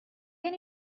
can